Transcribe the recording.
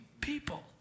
people